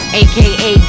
aka